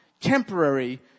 temporary